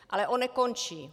Ale on nekončí.